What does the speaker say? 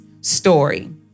story